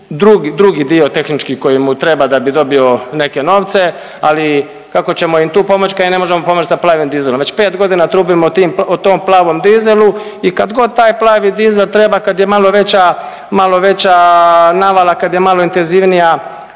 drugi dio tehnički koji mu treba da bi dobio neke novce. Ali kako ćemo im tu pomoći kad im ne možemo pomoći sa plavim dizelom? Već pet godina trubim o tom plavom dizelu i kad god taj plavi dizel treba, kad je malo veća navala, kad je malo intenzivnija